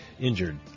injured